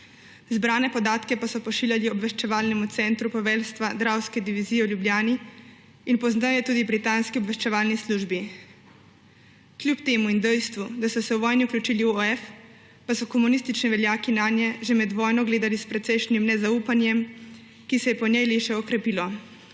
zbrane podatke pa so pošiljali obveščevalnemu centru poveljstva Dravske divizije v Ljubljani in pozneje tudi britanski obveščevalni službi. Kljub temu in dejstvu, da so se v vojni vključili v OF, pa so komunistični veljaki nanje že med vojno gledali s precejšnjim nezaupanjem, ki se je po njej le še okrepilo.